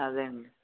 అదే అండి